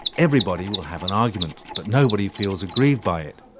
everybody will have an argument but nobody feels aggrieved by it.